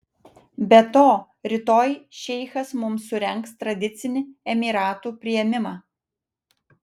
be to rytoj šeichas mums surengs tradicinį emyratų priėmimą